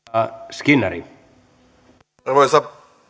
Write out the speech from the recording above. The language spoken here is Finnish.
arvoisa